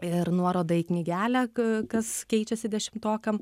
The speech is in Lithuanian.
ir nuorodą į knygelę kas keičiasi dešimtokam